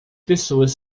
pessoas